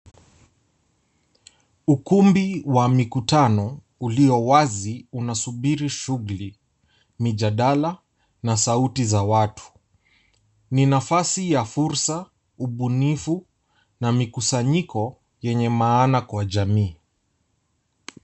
Ukumbi wa mikutano uliowazi unasubiri shughuli, mijadala na sauti za watu. Ni nafasi ya fursa, ubunifu na mikusanyiko yenye maana kwa jamii.